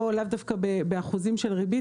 לאו דווקא באחוזים של ריבית,